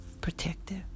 protective